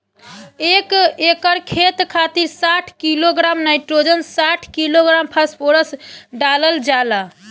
एक एकड़ खेत खातिर साठ किलोग्राम नाइट्रोजन साठ किलोग्राम फास्फोरस डालल जाला?